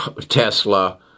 Tesla